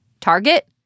target